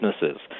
businesses